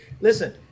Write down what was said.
listen